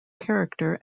character